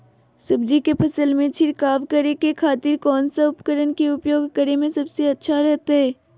सब्जी के फसल में छिड़काव करे के खातिर कौन उपकरण के उपयोग करें में सबसे अच्छा रहतय?